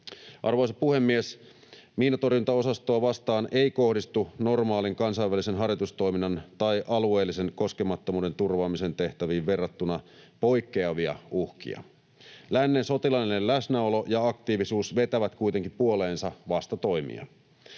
Arvoisa puhemies! Miinantorjuntaosastoa vastaan ei kohdistu normaalin kansainvälisen harjoitustoiminnan tai alueellisen koskemattomuuden turvaamisen tehtäviin verrattuna poikkeavia uhkia. Lännen sotilaallinen läsnäolo ja aktiivisuus vetävät kuitenkin puoleensa vastatoimia.